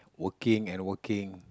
working and working